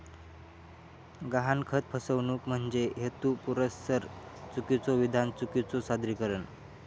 गहाणखत फसवणूक म्हणजे हेतुपुरस्सर चुकीचो विधान, चुकीचो सादरीकरण